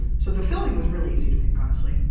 so the filling was really easy to make, honestly.